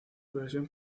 versión